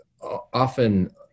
often